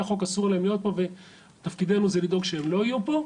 החוק אסור להם להיות פה ותפקידינו זה לדאוג שהם לא יהיו פה.